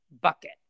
Bucket